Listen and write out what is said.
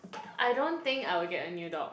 I don't think I would get a new dog